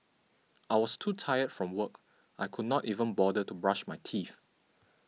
I was too tired from work I could not even bother to brush my teeth